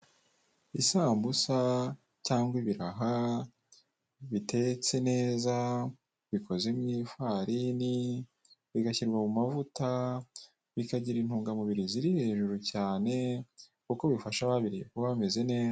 Isambusa cyangwa ibiraha bitetse neza bikoze mu ifarini, bigashyirwa mu mavuta bikagira intungamubiri ziri hejuru cyane kuko bifasha ababiriye kuba bameze neza.